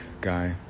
guy